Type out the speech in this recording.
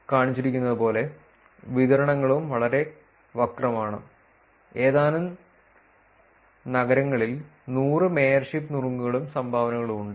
കാണിച്ചിരിക്കുന്നതുപോലെ വിതരണങ്ങളും വളരെ വക്രമാണ് ഏതാനും നഗരങ്ങളിൽ 100 മേയർഷിപ്പ് നുറുങ്ങുകളും സംഭാവനകളും ഉണ്ട്